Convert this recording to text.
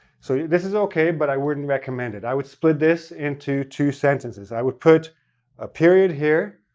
so this is okay, but i wouldn't recommend it. i would split this into two sentences. i would put a period here,